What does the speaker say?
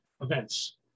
events